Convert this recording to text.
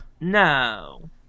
No